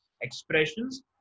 expressions